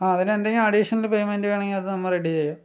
ആ അതിനെന്തെങ്കിലും additional payment വേണമെങ്കിൽ അത് നമ്മൾ റെഡി ചെയ്യാം